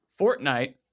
Fortnite